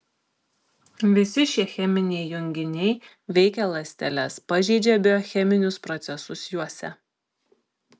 visi šie cheminiai junginiai veikia ląsteles pažeidžia biocheminius procesus juose